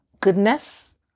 goodness